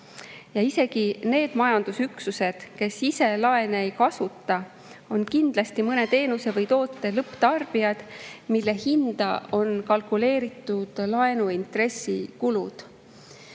Isegi need majandusüksused, kes ise laene ei kasuta, on kindlasti mõne teenuse või toote lõpptarbijad, mille hinda on sisse kalkuleeritud laenuintressikulud.